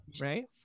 right